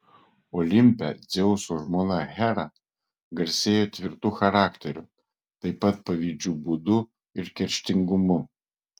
olimpe dzeuso žmona hera garsėjo tvirtu charakteriu taip pat pavydžiu būdu ir kerštingumu